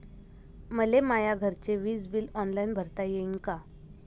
मले माया घरचे विज बिल ऑनलाईन भरता येईन का?